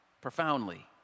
profoundly